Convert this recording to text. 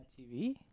TV